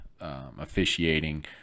officiating